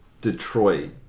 Detroit